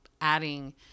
adding